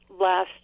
last